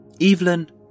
Evelyn